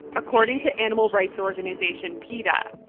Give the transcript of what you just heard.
according to animal rights organization peta,